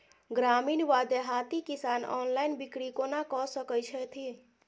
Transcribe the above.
ग्रामीण वा देहाती किसान ऑनलाइन बिक्री कोना कऽ सकै छैथि?